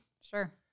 Sure